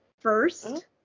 first